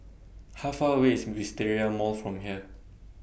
How Far away IS Wisteria Mall from here